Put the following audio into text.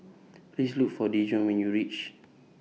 Please Look For Dejuan when YOU REACH